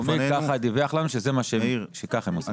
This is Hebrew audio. כך דיווח לנו מרכז השלטון המקומי, שכך הם עושים.